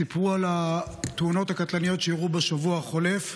סיפרו על התאונות הקטלניות שאירעו בשבוע החולף.